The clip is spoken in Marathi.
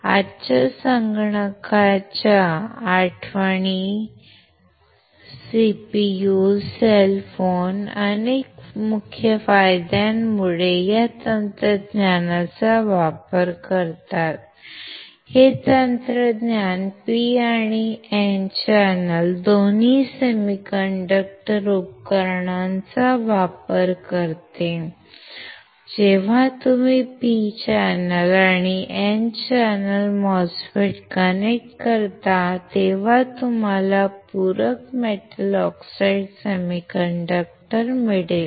आजच्या संगणकाच्या आठवणी CPU सेल फोन अनेक मुख्य फायद्यांमुळे या तंत्रज्ञानाचा वापर करतात हे तंत्रज्ञान P आणि N चॅनेल दोन्ही सेमीकंडक्टर उपकरणांचा वापर करते जेव्हा तुम्ही P चॅनेल आणि N चॅनेल MOSFET कनेक्ट करता तेव्हा तुम्हाला पूरक मेटल ऑक्साईड सेमीकंडक्टर मिळेल